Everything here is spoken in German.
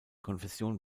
konfession